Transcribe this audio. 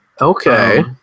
Okay